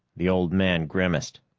the old man grimaced.